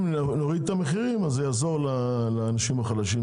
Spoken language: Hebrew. נוריד את המחירים זה יעזור לאוכלוסיות החלשות,